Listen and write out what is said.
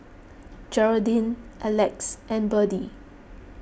Geraldine Elex and Berdie